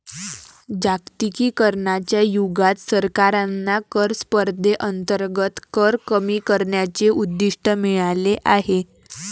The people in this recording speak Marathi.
जागतिकीकरणाच्या युगात सरकारांना कर स्पर्धेअंतर्गत कर कमी करण्याचे उद्दिष्ट मिळाले आहे